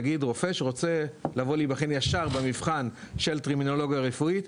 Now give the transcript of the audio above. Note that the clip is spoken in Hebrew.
נגיד רופא שרוצה לבוא להיבחן ישר במבחן של טרמינולוגיה רפואית,